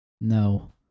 No